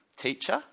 teacher